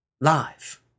Live